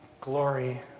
glory